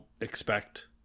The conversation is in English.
expect